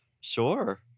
Sure